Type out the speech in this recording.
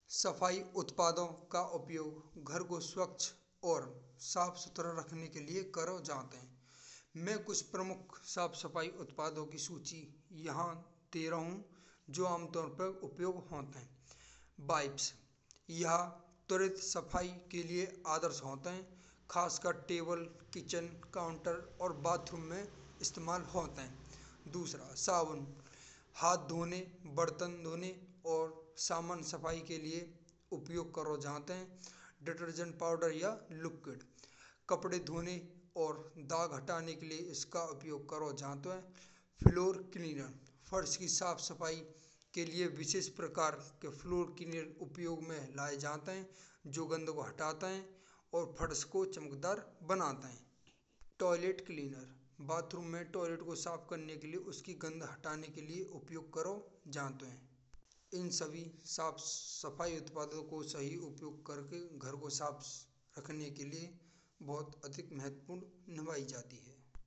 सफाई उत्पादों का उपयोग घर को स्वच्छ और साफ सुथरा रखने के लिए करो जात है। मैं कुछ प्रमुख साफ सफाई उत्पादों की सूची यहाँ दे रहा हूँ। जो आमतौर पर उपयोग होत है बिपेस यह तुरंत सफाई के लिए आदर्श होत है। खासकर टेबल, किचन, काउंटर और बाथरूम में इस्तेमाल होत है। दुसरा साबुन हाथ धोने बर्तन धोने और सामान्य सफाई के लिए उपयोग करो जात है। डिटर्जेंट पाउडर या लिक्विड कपड़े धोने और दाग हटाने के लिए इसका उपयोग करो जात है। फ्लोर क्लीनर फर्श की साफ सफाई के लिए विशेष प्रकार के फ्लोर क्लीनर उपयोग में लाये जात है। जो गंध को हटात है और फर्श को चमकदार बनात है। टॉयलेट क्लीनर बाथरूम में टॉयलेट को साफ करने के लिए उसके गंध हटाने के लिए उपयोग करो जात है। इन सभी साफ सफाई उत्पादों को सही उपयोग करके घर को साफ रखने के लिए बहुत अधिक महत्वपूर्ण नवाई जाती है।